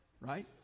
right